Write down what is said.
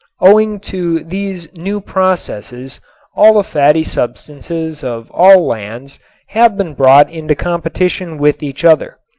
owing to these new processes all the fatty substances of all lands have been brought into competition with each other.